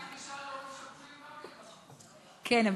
כן,